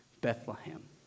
Bethlehem